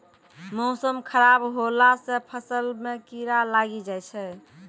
मौसम खराब हौला से फ़सल मे कीड़ा लागी जाय छै?